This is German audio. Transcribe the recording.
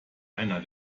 einer